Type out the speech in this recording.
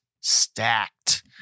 stacked